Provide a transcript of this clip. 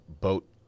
boat